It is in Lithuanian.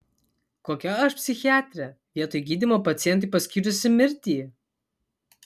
kokia aš psichiatrė vietoj gydymo pacientui paskyrusi mirtį